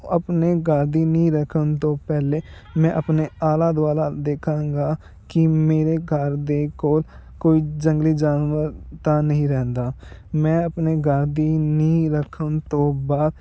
ਆਪਣੇ ਘਰ ਦੀ ਨੀਂਹ ਰੱਖਣ ਤੋਂ ਪਹਿਲੇ ਮੈਂ ਆਪਣੇ ਆਲਾ ਦੁਆਲਾ ਦੇਖਾਂਗਾ ਕਿ ਮੇਰੇ ਘਰ ਦੇ ਕੋਲ ਕੋਈ ਜੰਗਲੀ ਜਾਨਵਰ ਤਾਂ ਨਹੀਂ ਰਹਿੰਦਾ ਮੈਂ ਆਪਣੇ ਘਰ ਦੀ ਨੀਂਹ ਰੱਖਣ ਤੋਂ ਬਾਅਦ